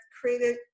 created